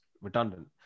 redundant